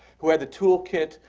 who had the tool kit,